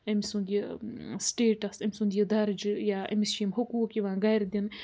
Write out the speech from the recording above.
أمۍ سُنٛد یہِ سِٹٮ۪ٹس أمۍ سُنٛد یہِ درجہٕ یا أمِس چھِ یِم حقوٗق یِوان گَرِ دِنہٕ